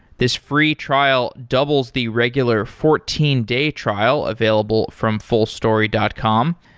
this free trial doubles the regular fourteen day trial available from fullstory dot com.